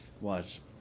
Watch